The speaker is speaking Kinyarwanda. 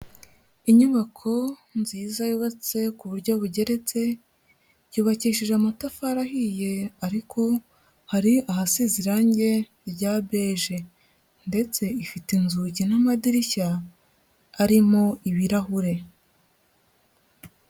Inyubako nziza yubatse ku buryo bugeretse, yubakishije amatafari ahiye ariko hari ahasize irangi rya beje ndetse ifite inzugi n'amadirishya arimo ibirahure.